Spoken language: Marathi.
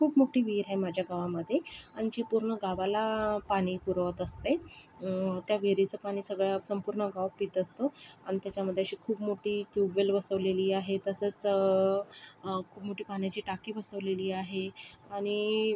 खूप मोठी विहीर आहे माझ्या गावामध्ये आणि जी पूर्ण गावाला पाणी पुरवत असते त्या विहिरीचं पाणी सगळं संपूर्ण गाव पीत असतो आणि त्याच्यामध्ये अशी खूप मोठी ट्यूबवेल बसवलेली आहे तसंच खूप मोठी पाण्याची टाकी बसवलेली आहे आणि